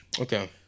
Okay